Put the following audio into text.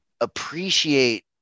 appreciate